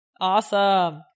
Awesome